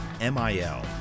M-I-L